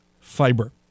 Fiber